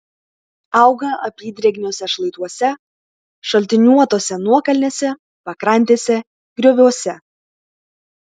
auga apydrėgniuose šlaituose šaltiniuotose nuokalnėse pakrantėse grioviuose